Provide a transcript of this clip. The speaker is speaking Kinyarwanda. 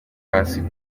hasi